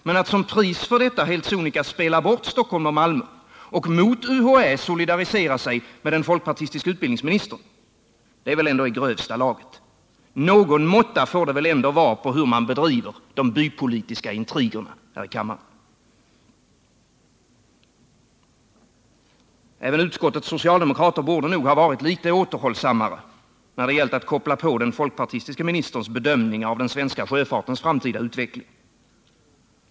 Men att som pris för detta helt sonika spela bort Stockholm och Malmö och mot UHÄ solidarisera sig med den folkpartistiske utbildningsministern är väl ändå i grövsta laget. Någon måtta får det väl ändå vara på hur man bedriver de bypolitiska intrigerna här i kammaren. Även utskottets socialdemokrater borde nog ha varit återhållsammare när det gällt att koppla på den folkpartistiske ministerns bedömning av den svenska sjöfartens framtida utveckling.